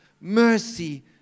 mercy